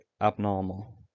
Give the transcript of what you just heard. abnormal